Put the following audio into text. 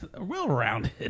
well-rounded